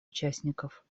участников